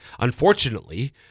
Unfortunately